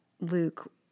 Luke